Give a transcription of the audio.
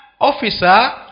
officer